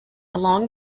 along